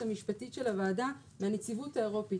המשפטית של הוועדה מהנציבות האירופית.